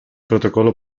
protocolo